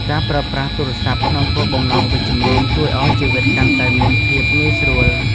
ការប្រើប្រាស់ទូរស័ព្ទក្នុងគោលបំណងវិជ្ជមាន ជួយឱ្យជីវិតកាន់តែមានភាពងាយស្រួល។